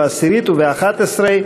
בעשירית ובאחת-עשרה,